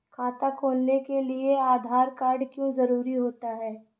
खाता खोलने के लिए आधार कार्ड क्यो जरूरी होता है?